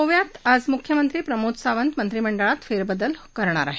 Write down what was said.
गोव्यात आज मुख्यमंत्री प्रमोद सावंत मंत्रिमंडळात फेरबदल करणार आहेत